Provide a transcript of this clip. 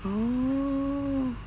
oh